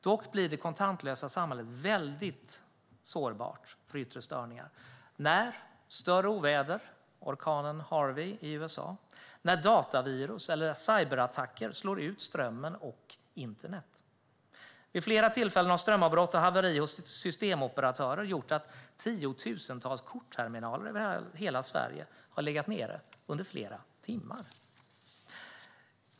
Dock blir det kontantlösa samhället väldigt sårbart för yttre störningar såsom när större oväder som orkanen Harvey i USA, datavirus eller cyberattacker slår ut strömmen och internet. Vid flera tillfällen har strömavbrott och haverier hos systemoperatörer gjort att tiotusentals kortterminaler i hela Sverige har legat nere under flera timmar.